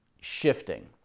shifting